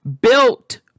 built